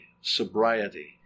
sobriety